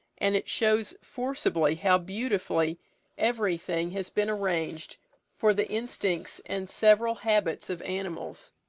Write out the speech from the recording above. and it shows forcibly how beautifully everything has been arranged for the instincts and several habits of animals.